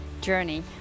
journey